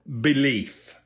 belief